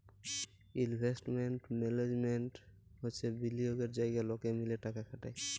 investment management হচ্যে বিলিয়গের জায়গা লকে মিলে টাকা খাটায়